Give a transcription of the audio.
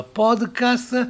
podcast